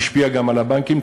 השפיעה גם על הבנקים.